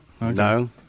no